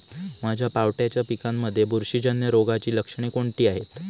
माझ्या पावट्याच्या पिकांमध्ये बुरशीजन्य रोगाची लक्षणे कोणती आहेत?